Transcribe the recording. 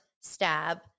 stab